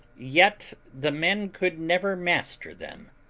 yet the men could never master them.